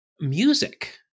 music